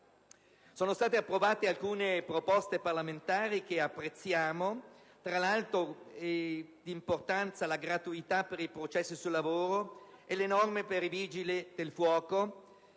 Sono state approvate alcune proposte parlamentari che apprezziamo, quali il ripristino della gratuità per i processi sul lavoro e le norme per i Vigili del fuoco.